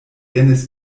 dennis